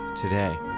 today